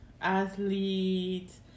athletes